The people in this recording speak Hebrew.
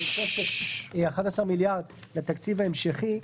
כסף, 11 מיליארד לתקציב ההמשכי.